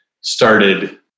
started